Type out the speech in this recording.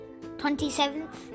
27th